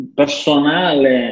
personale